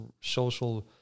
social